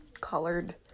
colored